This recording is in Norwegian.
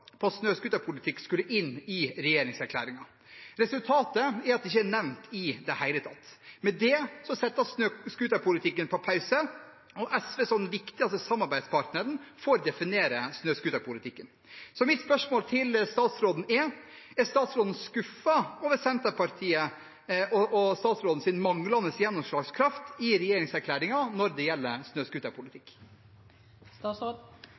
skulle inn i regjeringserklæringen. Resultatet er at det ikke er nevnt i det hele tatt. Med det settes snøscooterpolitikken på pause, og SV, som den viktigste samarbeidspartneren, får definere snøscooterpolitikken. Mitt spørsmål til statsråden er: Er statsråden skuffet over Senterpartiets og sin egen manglende gjennomslagskraft i regjeringserklæringen når det gjelder